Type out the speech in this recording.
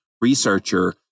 researcher